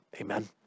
Amen